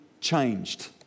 changed